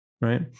right